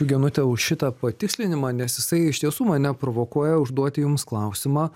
genute už šitą patikslinimą nes jisai iš tiesų mane provokuoja užduoti jums klausimą